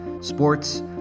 sports